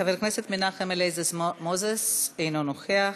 חבר הכנסת מנחם אליעזר מוזס, אינו נוכח,